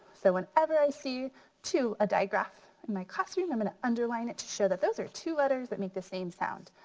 so whenever i see to a diagraph in my classroom i'm gonna underline it to show that those are two letters that make the same sound.